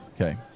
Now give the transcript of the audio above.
Okay